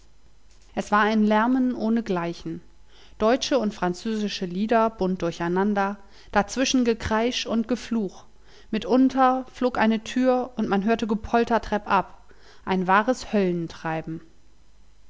es war ein lärmen ohnegleichen deutsche und französische lieder bunt durcheinander dazwischen gekreisch und gefluch mitunter flog eine tür und man hörte gepolter treppab ein wahres